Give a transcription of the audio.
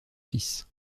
fils